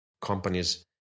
companies